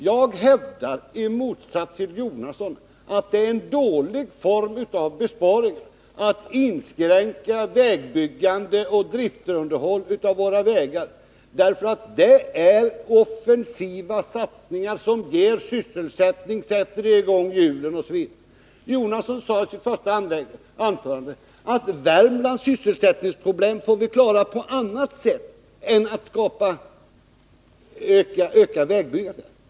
Jag hävdar i motsats till Bertil Jonasson att det är en dålig form av besparing att inskränka vägbyggande och driftunderhåll av våra vägar, eftersom det är offensiva satsningar som ger sysselsättning, sätter i gång hjulen osv. Bertil Jonasson sade i sitt första anförande att Värmlands sysselsättningsproblem får vi klara på annat sätt än genom att öka vägbyggandet.